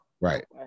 right